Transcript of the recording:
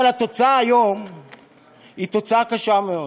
אבל התוצאה היום היא תוצאה קשה מאוד.